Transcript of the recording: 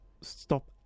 stop